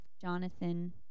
Jonathan